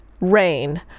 Rain